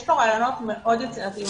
יש לו רעיונות מאוד יצירתיים.